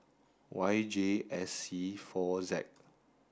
Y J S C four Z